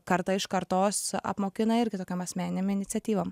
karta iš kartos apmokina irgi tokiom asmeninėm iniciatyvom